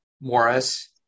Morris